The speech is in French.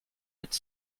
être